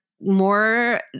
more